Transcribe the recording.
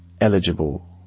eligible